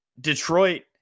Detroit